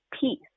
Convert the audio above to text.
peace